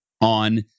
on